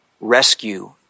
rescue